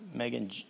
Megan